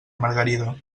margarida